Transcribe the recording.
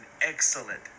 excellent